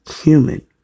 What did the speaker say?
human